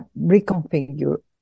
reconfigure